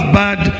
bad